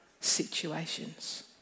situations